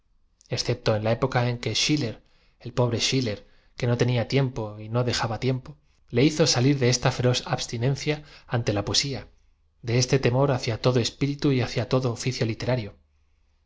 no tenia tiempo y no dejaba tiempo le hizo salir de esta feroz abstioen cia ante la poesía de este temor hacia todo espíritu y hacia todo oficio literario